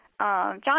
John